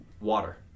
water